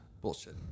bullshit